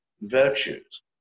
virtues